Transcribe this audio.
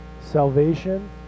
Salvation